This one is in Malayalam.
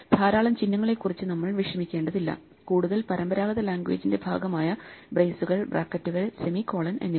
ധാരാളം ചിഹ്നങ്ങളെക്കുറിച്ച് നമ്മൾ വിഷമിക്കേണ്ടതില്ല കൂടുതൽ പരമ്പരാഗത ലാംഗ്വേജിന്റെ ഭാഗമായ ബ്രേസുകൾ ബ്രാക്കറ്റുകൾ സെമി കോളൻ എന്നിവ